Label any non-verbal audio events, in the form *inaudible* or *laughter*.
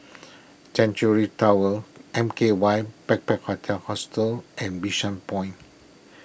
*unintelligible* Tower M K Y *unintelligible* Hostel and Bishan Point